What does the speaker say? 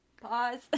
Pause